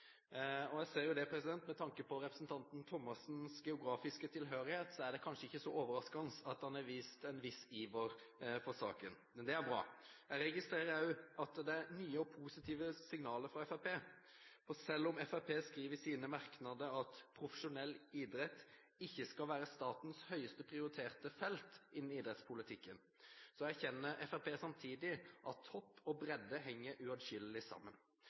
Og jeg ser jo at med tanke på representanten Thommessens geografiske tilhørighet er det kanskje ikke så overraskende at han har vist en viss iver for saken. Det er bra. Jeg registrerer også at det er nye og positive signaler fra Fremskrittspartiet, for selv om Fremskrittspartiet skriver i sine merknader at profesjonell idrett ikke skal være statens høyest prioriterte felt innen idrettspolitikken, erkjenner Fremskrittspartiet samtidig at topp og bredde henger uatskillelig sammen.